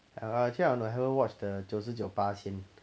oh I actually I want to I haven't watch the 九十九巴仙